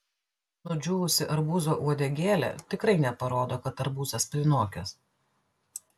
nudžiūvusi arbūzo uodegėlė tikrai neparodo kad arbūzas prinokęs